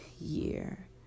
year